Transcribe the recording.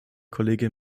kollege